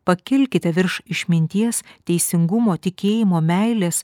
pakilkite virš išminties teisingumo tikėjimo meilės